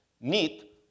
need